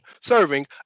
serving